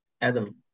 Adam